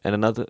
and another